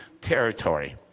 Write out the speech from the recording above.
territory